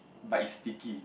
but it's sticky